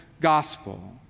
gospel